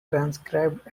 transcribed